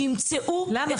שימצאו --- למה?